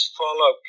follow